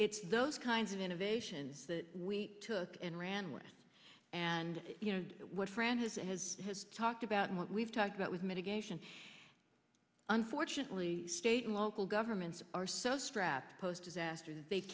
it's those kinds of innovations that we took and ran with and you know what francis has has talked about and what we've talked about with mitigation unfortunately state and local governments are so strapped post disaster that they